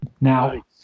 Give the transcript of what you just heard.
Now